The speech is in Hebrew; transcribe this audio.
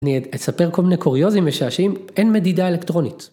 אני אספר כל מיני קוריוזים משעשעים, אין מדידה אלקטרונית.